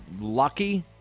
lucky